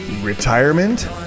Retirement